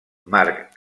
marc